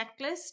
checklist